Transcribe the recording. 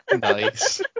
Nice